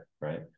right